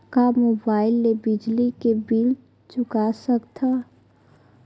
का मुबाइल ले बिजली के बिल चुका सकथव?